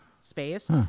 space